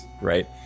right